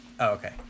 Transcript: okay